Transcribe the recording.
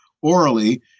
orally